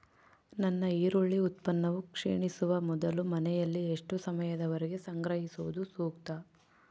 ನನ್ನ ಈರುಳ್ಳಿ ಉತ್ಪನ್ನವು ಕ್ಷೇಣಿಸುವ ಮೊದಲು ಮನೆಯಲ್ಲಿ ಎಷ್ಟು ಸಮಯದವರೆಗೆ ಸಂಗ್ರಹಿಸುವುದು ಸೂಕ್ತ?